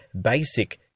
basic